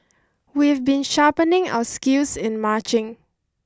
we've been sharpening our skills in marching